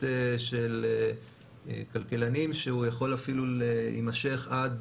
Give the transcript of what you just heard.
של כלכלנים שהוא יכול אפילו להימשך עד